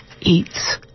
eats